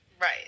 Right